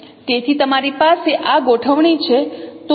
તેથી તમારી પાસે આ ગોઠવણી છે